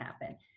happen